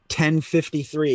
10:53